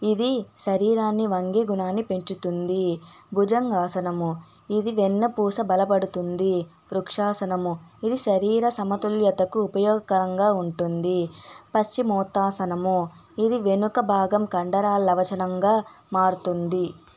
ఇది శరీరాన్ని వంగే గుణాన్ని పెంచుతుంది బుజంగాసనము ఇది వెన్నుపూస బలపడుతుంది వృక్షాసనము ఇది శరీర సమతుల్యతకు ఉపయోగకరంగా ఉంటుంది పశ్చిమోత్తాసనము ఇది వెనుక భాగం కండరాల వచనంగా మారుతుంది